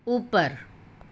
ઉપર